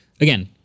Again